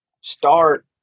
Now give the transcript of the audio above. start